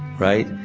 right?